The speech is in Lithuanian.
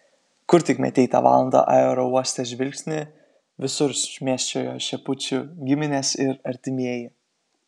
kur tik metei tą valandą aerouoste žvilgsnį visur šmėsčiojo šepučių giminės ir artimieji